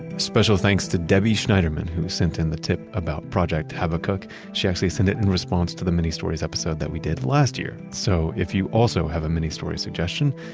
special thanks to debbie schneiderman who sent in the tip about project habakkuk. she actually sent it in response to the mini-stories episode that we did last year. so if you also have a mini-story suggestion,